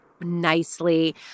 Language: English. nicely